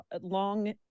long